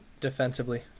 defensively